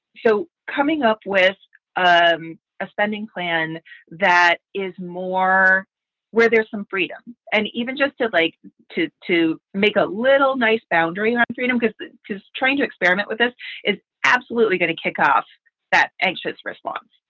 so coming up, with um a spending plan that is more where there's some freedom and even just to like to to make a little nice boundary freedom, because but because trying to experiment with this is absolutely going to kick off that anxious response.